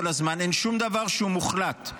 אין שום דבר מוחלט.